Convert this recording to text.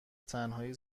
تنهایی